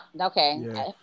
Okay